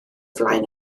flaen